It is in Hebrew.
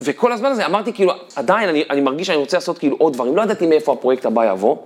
וכל הזמן הזה אמרתי כאילו, עדיין אני..אני מרגיש שאני רוצה לעשות כאילו עוד דברים. לא ידעתי מאיפה הפרויקט הבא יבוא.